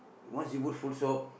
once you put full stop